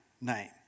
name